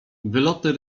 wyloty